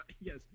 Yes